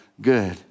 good